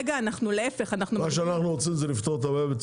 מה שאנחנו רוצים זה לפתור את הבעיה.